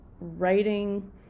writing